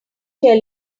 tell